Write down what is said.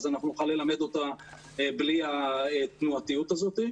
אז אנחנו נוכל ללמד בלי התנועתיות הזאת.